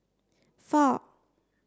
four